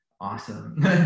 awesome